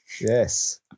Yes